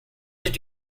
did